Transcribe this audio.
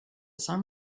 some